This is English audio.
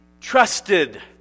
trusted